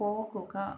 പോകുക